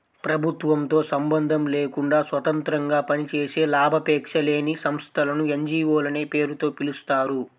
ప్రభుత్వంతో సంబంధం లేకుండా స్వతంత్రంగా పనిచేసే లాభాపేక్ష లేని సంస్థలను ఎన్.జీ.వో లనే పేరుతో పిలుస్తారు